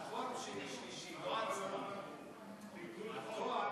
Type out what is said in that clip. התואר